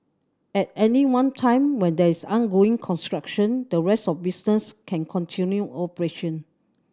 at any one time when a is undergoing construction the rest of the business can continue operation